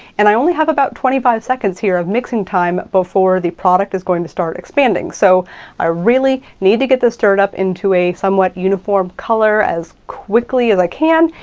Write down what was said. and i only have about twenty five seconds here of mixing time before the product is going to start expanding. so i really need to get this stirred up into a somewhat uniform color as quickly as i can,